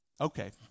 Okay